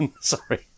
Sorry